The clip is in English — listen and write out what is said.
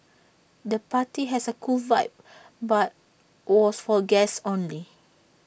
the party has A cool vibe but was for guests only